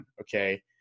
Okay